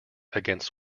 against